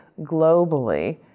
globally